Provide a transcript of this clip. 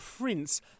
Prince